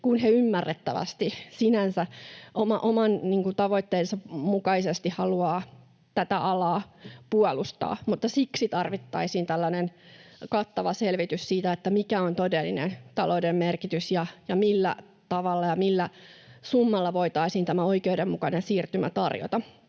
koska he ymmärrettävästi, sinänsä oman tavoitteensa mukaisesti haluavat tätä alaa puolustaa. Siksi tarvittaisiin tällainen kattava selvitys siitä, mikä on todellinen taloudellinen merkitys ja millä tavalla ja millä summalla voitaisiin tämä oikeudenmukainen siirtymä tarjota.